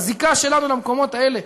את הזיקה שלנו למקומות האלה,